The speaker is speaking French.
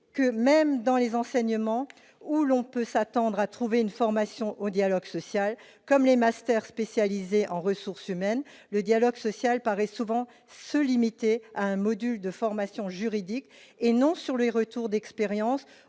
que, même dans les enseignements où l'on peut s'attendre à trouver une formation au dialogue social, comme les masters spécialisés en ressources humaines, le dialogue social paraît souvent se limiter à un module de formation juridique sans prendre en compte les retours d'expérience